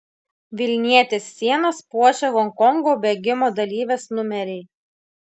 vilnietės sienas puošia honkongo bėgimų dalyvės numeriai